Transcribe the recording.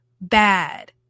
bad